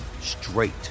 straight